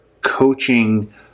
coaching